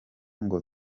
ngo